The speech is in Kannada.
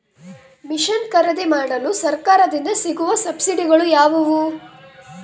ಮಿಷನ್ ಖರೇದಿಮಾಡಲು ಸರಕಾರದಿಂದ ಸಿಗುವ ಸಬ್ಸಿಡಿಗಳು ಯಾವುವು?